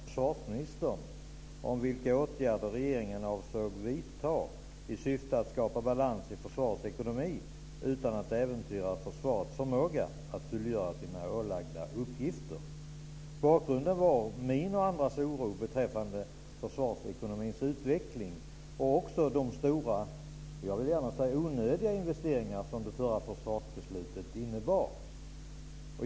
Herr talman! För sex månader sedan frågade jag försvarsministern om vilka åtgärder regeringen avsåg att vidta i syfte att skapa balans i försvarets ekonomi utan att äventyra försvarets förmåga att fullgöra sina ålagda uppgifter. Bakgrunden var min och andras oro beträffande försvarsekonomins utveckling och också de stora - och jag vill gärna säga onödiga - investeringar som det förra försvarsbeslutet innebar.